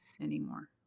anymore